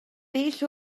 bell